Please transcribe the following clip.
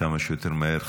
כמה שיותר מהר.